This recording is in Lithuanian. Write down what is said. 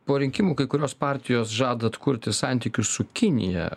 po rinkimų kai kurios partijos žada atkurti santykius su kinija